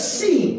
see